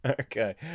Okay